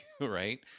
right